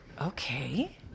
Okay